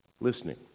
listening